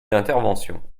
d’intervention